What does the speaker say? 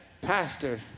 pastor